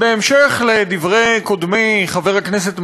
בהמשך לדברי קודמי, חבר הכנסת מרגלית,